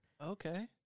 Okay